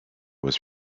was